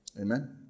Amen